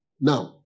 Now